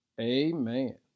amen